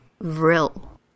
Vril